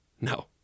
No